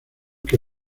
que